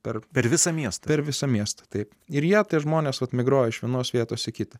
per visą miestą ir visą miestą taip ir jie tai žmonės migruoja iš vienos vietos į kitą